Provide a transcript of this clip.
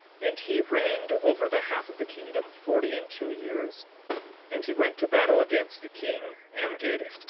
and he reigned over the half of the kingdom forty and two years and he went to battle against the king, amgid,